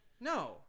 No